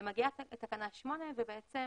מגיעה תקנה 8 וכאן